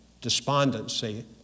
despondency